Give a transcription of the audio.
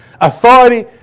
Authority